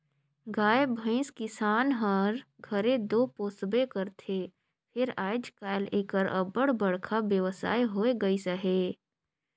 गाय भंइस किसान हर घरे दो पोसबे करथे फेर आएज काएल एकर अब्बड़ बड़खा बेवसाय होए गइस अहे